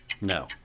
No